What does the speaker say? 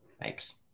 Thanks